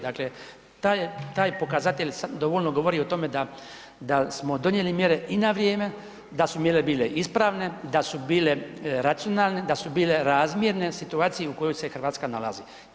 Dakle, taj pokazatelj dovoljno govori o tome da smo donijeli mjere i na vrijeme, da su mjere bile ispravne, da su bile racionalne, da su bile razmjerne situaciji u kojoj se Hrvatska nalazi.